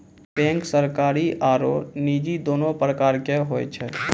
bank सरकारी आरो निजी दोनो प्रकार के होय छै